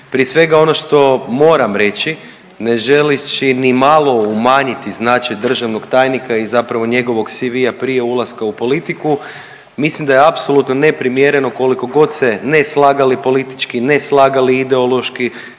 Prije svega ono što moram reći ne želeći ni malo umanjiti značaj državnog tajnika i zapravo njegovog CV-a prije ulaska u politiku. Mislim da je apsolutno neprimjereno koliko god se ne slagali politički, ne slagali ideološki,